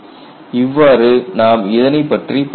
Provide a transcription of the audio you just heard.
இவ்வாறு நாம் இதனைப்பற்றி பார்க்கவேண்டும்